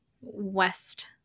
west